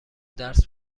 درس